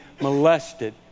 molested